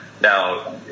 Now